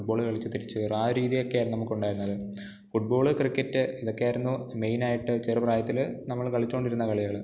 ഫുട് ball കളിച്ചു തിരിച്ചു വരും ആ രീതിയൊക്കെ ആയിരുന്നു നമുക്കുണ്ടായിരുന്നത് ഫുട് ബോൾ ക്രിക്കറ്റ് ഇതൊക്കെ ആയിരുന്നു മെയിനായിട്ട് ചെറു പ്രായത്തിൽ നമ്മൾ കളിച്ചു കൊണ്ടിരുന്ന കളികൾ